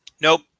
Nope